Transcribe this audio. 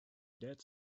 dead